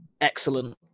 Excellent